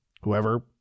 whoever